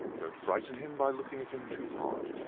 don't frighten him by looking at him too hard.